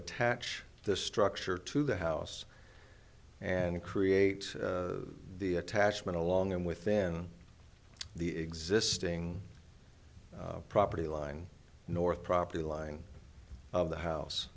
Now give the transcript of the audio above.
attach this structure to the house and create the attachment along and within the existing property line north property line of the house